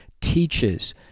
teaches